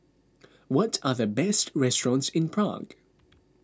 what are the best restaurants in Prague